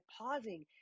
pausing